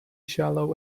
shallow